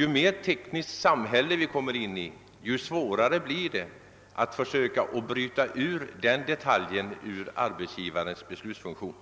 Ju mer tekniskt samhället blir, desto svårare blir det att bryta ut den detaljen ur arbetsgivarens beslutsfunktion.